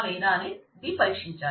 లేదా అనేది పరీక్షించాలి